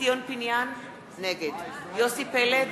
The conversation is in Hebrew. ציון פיניאן, נגד יוסי פלד,